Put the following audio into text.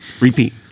Repeat